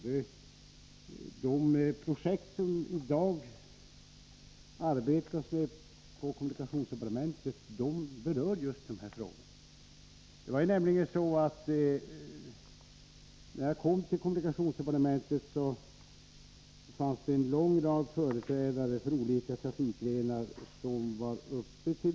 De projekt som vi i dag arbetar med på kommunikationsdepartementet berör just dessa frågor. När jag kom till kommunikationsdepartementet uppvaktades jag av en lång rad företrädare för olika trafikgrenar.